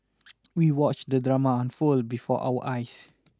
we watched the drama unfold before our eyes